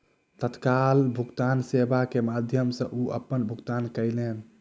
तत्काल भुगतान सेवा के माध्यम सॅ ओ अपन भुगतान कयलैन